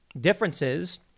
differences